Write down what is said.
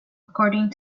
according